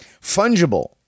fungible